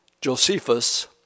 Josephus